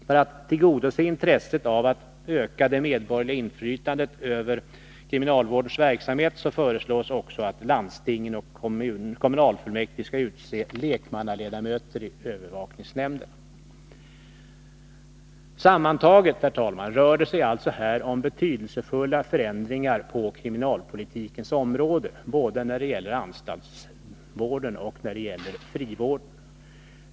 För att tillgodose intresset av att öka det medborgerliga inflytandet över kriminalvårdens verksamhet föreslås också att landstingen och kommunfullmäktige skall utse lekmannaledamöter i övervakningsnämnderna. Herr talman! Sammantaget rör det sig här om betydelsefulla förändringar på kriminalvårdspolitikens område, både när det gäller anstaltsvården och när det gäller frivården.